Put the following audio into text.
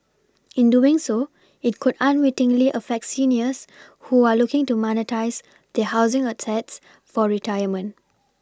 in doing so it could unwittingly affect seniors who are looking to monetise their housing assets for retirement